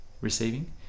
receiving